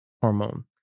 hormone